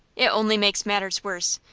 it only makes matters worse.